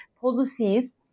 policies